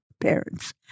parents